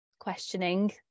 questioning